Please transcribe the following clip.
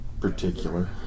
particular